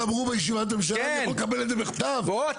נאור,